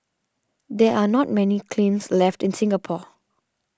there are not many kilns left in Singapore